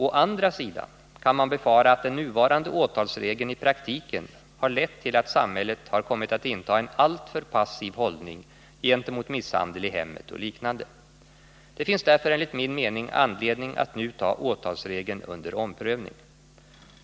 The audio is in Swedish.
Å andra sidan kan man befara att den nuvarande åtalsregeln i praktiken har lett till att samhället har kommit att inta en alltför passiv hållning gentemot misshandel i hemmet och liknande. Det finns därför enligt min mening anledning att nu ta åtalsregeln under omprövning.